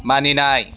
मानिनाय